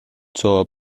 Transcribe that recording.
zur